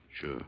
Sure